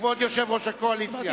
כבוד יושב-ראש הקואליציה.